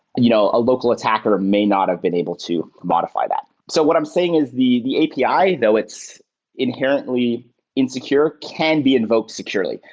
you know a local attacker may not have been able to modify that. so what i'm saying is the the api, though it's inherently insecure, can be invoked securely.